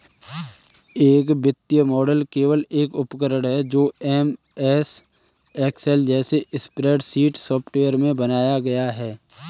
एक वित्तीय मॉडल केवल एक उपकरण है जो एमएस एक्सेल जैसे स्प्रेडशीट सॉफ़्टवेयर में बनाया गया है